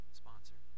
sponsor